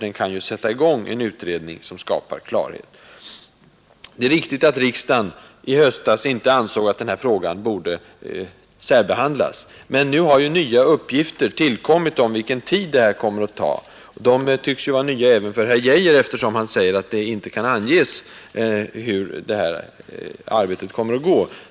Den kan ju sätta i gång en utredning som skapar klarhet. Det är riktigt att riksdagen i höstas inte ansåg att den här frågan borde särbehandlas. Men nu har ju nya uppgifter tillkommit om vilken tid det här kommer att ta. De tycks ju vara nya även för herr Geijer, eftersom han säger, att det inte kan anges hur det här arbetet kommer att gå.